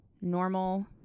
normal